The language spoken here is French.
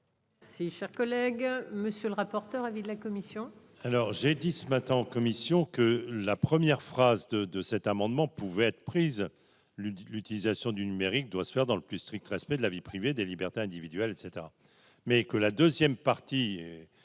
Si cher collègue, monsieur le rapporteur, avis de la commission.